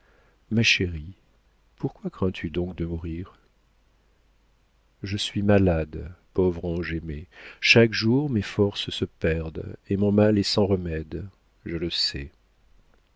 ma chérie pourquoi crains-tu donc de mourir je suis malade pauvre ange aimé chaque jour mes forces se perdent et mon mal est sans remède je le sais